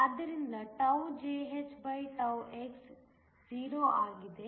ಆದ್ದರಿಂದ τJhτx 0 ಆಗಿದೆ